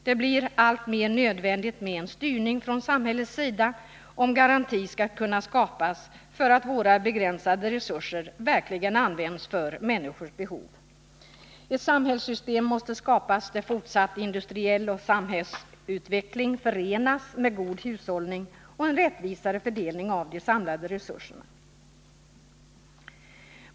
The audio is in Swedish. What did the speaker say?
Det blir alltmer nödvändigt med en styrning från samhällets sida, om garanti skall kunna skapas för att våra begränsade resurser verkligen används för människors behov. Ett samhällssystem måste skapas där fortsatt industriell utveckling och samhällsutveckling förenas med god hushållning och en rättvisare fördelning av de samlade resurserna.